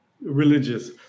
religious